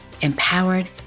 empowered